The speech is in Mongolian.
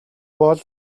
бол